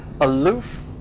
Aloof